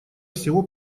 всего